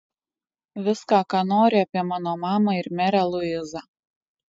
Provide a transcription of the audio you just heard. viską ką nori apie mano mamą ir merę luizą